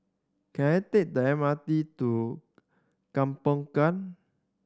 can I take the M R T to